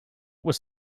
was